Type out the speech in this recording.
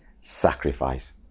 sacrifice